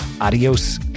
adios